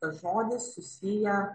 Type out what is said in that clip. tas žodis susija